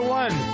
one